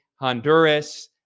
Honduras